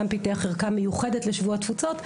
גם פיתח ערכה מיוחדת לשבוע התפוצות,